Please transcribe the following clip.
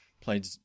played